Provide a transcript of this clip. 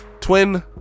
Twin